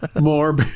more